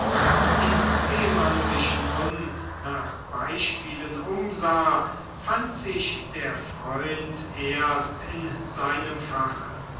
indem man sich nun nach beispielen umsah fand sich der freund erst in seinem fache